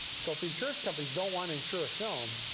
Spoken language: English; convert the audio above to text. so if the insurance companies don't want to insure a film,